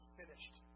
finished